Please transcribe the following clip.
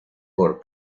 por